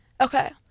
Okay